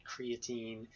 creatine